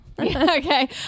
Okay